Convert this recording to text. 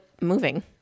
moving